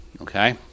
okay